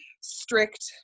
strict